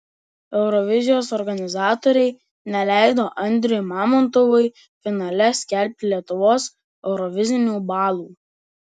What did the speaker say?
eurovizijos organizatoriai neleido andriui mamontovui finale skelbti lietuvos eurovizinių balų